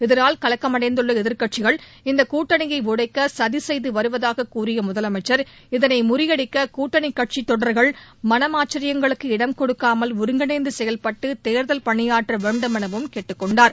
இதனால் கலக்கமடைந்துள்ள எதிர்க்கட்சிகள் இந்தக் கூட்டணியை உடைக்க சதி செய்து வருவதாகக் கூறிய முதலமைச்சர் இதனை முறியடிக்க கூட்டணி கட்சித் தொண்டர்கள் மனமாச்சரியங்களுக்கு இடம் கொடுக்காமல் ஒருங்கிணைந்து செயல்பட்டு தேர்தல் பணியாற்ற வேண்டும் எனவும் கேட்டுக் கொண்டார்